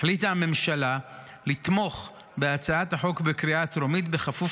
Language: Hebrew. החליטה הממשלה לתמוך בהצעת החוק בקריאה הטרומית בכפוף